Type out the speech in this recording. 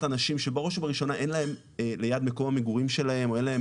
אנשים שבראש ובראשונה אין להם ליד מקום המגורים שלהם או אין להם